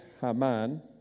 Haman